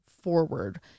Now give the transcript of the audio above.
forward